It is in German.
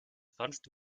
sonst